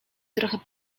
trochę